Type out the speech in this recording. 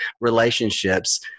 relationships